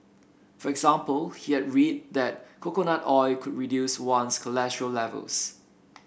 for example he had read that coconut oil could reduce one's cholesterol levels